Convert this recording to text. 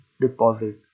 deposit